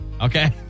Okay